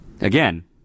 Again